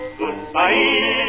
goodbye